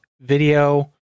video